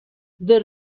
there